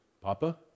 Papa